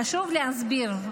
חשוב להסביר,